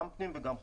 גם פנים וגם חוץ.